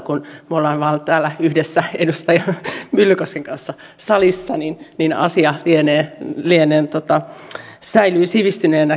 kun me olemme vain edustaja myllykosken kanssa yhdessä täällä salissa niin keskustelun taso säilynee sivistyneenä